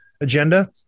agenda